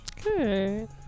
Good